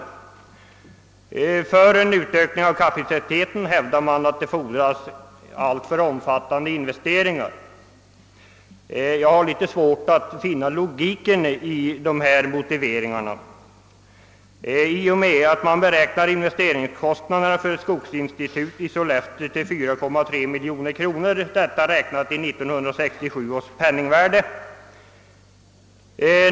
Man hävdar att det för en ökning av kapaciteten där fordras alltför stora investeringar. Jag har svårt för att finna någon logik i de motiveringarna. Man beräknar investeringskostnaderna för en förläggning till Sollefteå till 4,3 miljoner, räknat i 1967 års penningvärde.